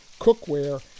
cookware